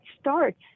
starts